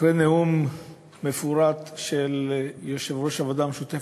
אחרי נאום מפורט של יושב-ראש הוועדה המשותפת,